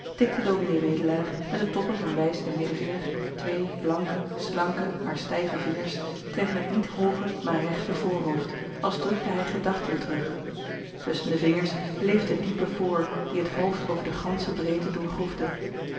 tikte ds wedelaar met de toppen van wijs en middenvinger twee blanke slanke maar stijve vingers tegen het niet hooge maar rechte voorhoofd als drukte hij gedachten terug tusschen de vingers bleef de diepe voor die het hoofd over de gansche breedte